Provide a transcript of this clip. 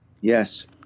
Yes